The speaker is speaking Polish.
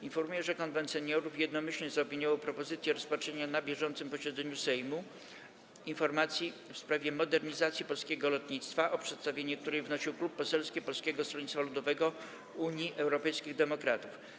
Informuję, że Konwent Seniorów jednomyślnie zaopiniował propozycję rozpatrzenia na bieżącym posiedzeniu Sejmu informacji w sprawie modernizacji polskiego lotnictwa, o której przedstawienie wnosił Klub Poselski Polskiego Stronnictwa Ludowego - Unii Europejskich Demokratów.